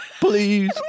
Please